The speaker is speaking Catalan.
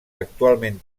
actualment